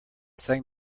sang